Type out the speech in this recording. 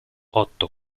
otto